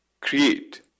create